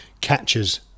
catches